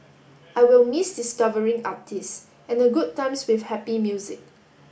I will miss discovering artists and the good times with happy music